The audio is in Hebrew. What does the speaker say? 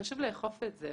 חשוב לאכוף את זה.